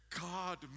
God